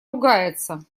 ругается